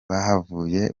bahavuye